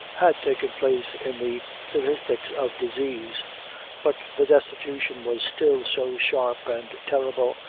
had taken place in the statistics of disease but the destitution was still so sharp and terrible,